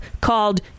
called